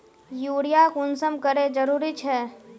Urea कुंसम करे जरूरी छै?